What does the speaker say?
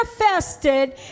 manifested